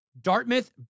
Dartmouth